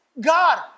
God